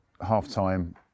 half-time